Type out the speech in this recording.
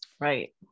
right